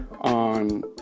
on